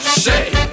shake